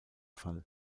fall